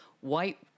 white